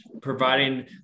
providing